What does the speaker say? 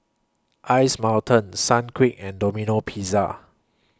Ice Mountain Sunquick and Domino Pizza